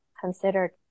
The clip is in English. considered